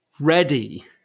ready